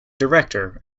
director